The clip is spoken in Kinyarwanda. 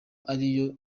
ariyo